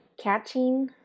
catching